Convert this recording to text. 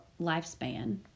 lifespan